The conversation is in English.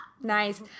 Nice